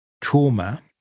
trauma